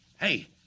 hey